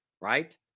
right